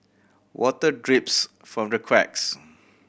water drips from the cracks